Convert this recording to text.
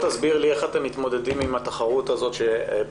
תסביר לי איך אתם מתמודדים עם התחרות שבעצם